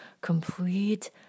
complete